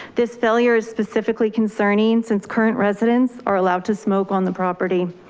this failure is specifically concerning. since current residents are allowed to smoke on the property,